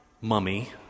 mummy